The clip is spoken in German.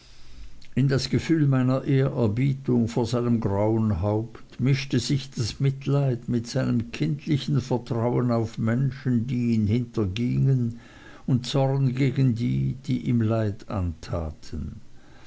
in das gefühl meiner ehrerbietung vor seinem grauen haupt mischte sich das mitleid mit seinem kindlichen vertrauen auf menschen die ihn hintergingen und zorn gegen die die ihm leid antaten